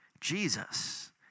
Jesus